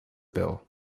bill